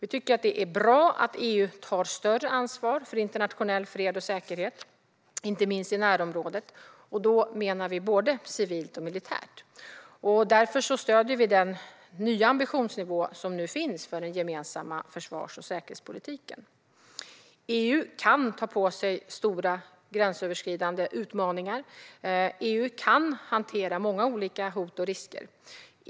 Vi tycker att det är bra att EU tar större ansvar, både civilt och militärt, för internationell fred och säkerhet, inte minst i närområdet. Därför stöder vi den nya ambitionsnivå som finns för den gemensamma försvars och säkerhetspolitiken. EU kan ta på sig stora gränsöverskridande utmaningar och kan hantera många olika hot och risker.